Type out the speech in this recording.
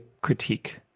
critique